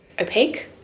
opaque